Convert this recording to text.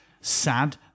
sad